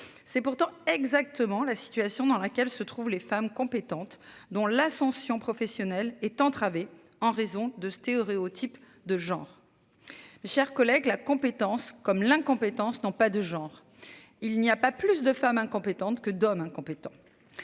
C'est pourtant exactement la situation dans laquelle se trouvent les femmes compétentes dont l'ascension professionnelle est entravée en raison de stéréotypes de genre. Mes chers collègues, la compétence comme l'incompétence n'ont pas de genre. Il n'y a pas plus de femmes incompétentes que d'hommes incompétents.